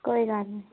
कोई गल्ल नी